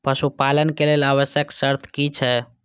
पशु पालन के लेल आवश्यक शर्त की की छै?